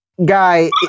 guy